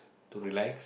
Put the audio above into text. to relax